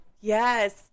Yes